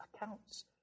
accounts